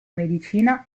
medicina